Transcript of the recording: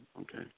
Okay